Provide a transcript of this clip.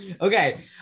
Okay